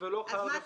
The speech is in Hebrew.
לא חל על רווחה.